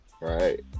Right